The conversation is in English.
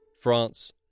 France